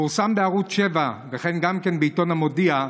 פורסם בערוץ 7 וגם בעיתון המודיע,